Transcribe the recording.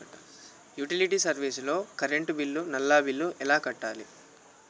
Utility service లో current bill, నల్లా bill ఎలా కట్టాలి?